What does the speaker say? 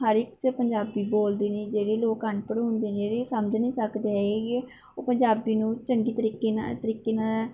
ਹਰ ਇਕ 'ਚ ਪੰਜਾਬੀ ਬੋਲਦੇ ਨੇ ਜਿਹੜੇ ਲੋਕ ਅਨਪੜ੍ਹ ਹੁੰਦੇ ਨੇ ਜਿਹੜੇ ਸਮਝ ਨਹੀਂ ਸਕਦੇ ਹੈਗੇ ਗੇ ਉਹ ਪੰਜਾਬੀ ਨੂੰ ਚੰਗੀ ਤਰੀਕੇ ਨਾਲ ਤਰੀਕੇ ਨਾਲ